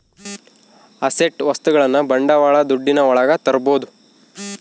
asset ವಸ್ತುಗಳನ್ನ ಬಂಡವಾಳ ದುಡ್ಡಿನ ಒಳಗ ತರ್ಬೋದು